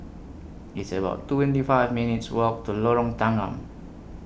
It's about twenty five minutes' Walk to Lorong Tanggam